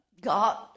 God